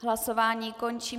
Hlasování končím.